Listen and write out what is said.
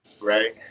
Right